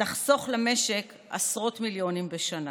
תחסוך למשק עשרות מיליונים בשנה.